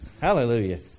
Hallelujah